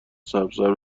سبزتر